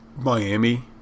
Miami